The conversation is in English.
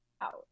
out